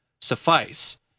suffice